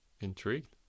Intrigued